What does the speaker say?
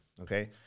Okay